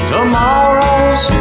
Tomorrow's